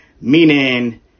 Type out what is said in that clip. meaning